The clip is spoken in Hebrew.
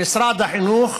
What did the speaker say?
למשרד החינוך